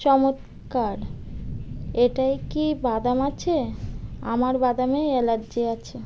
চমৎকার এটায় কি বাদাম আছে আমার বাদামে অ্যালার্জি আছে